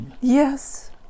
Yes